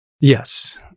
Yes